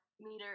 meter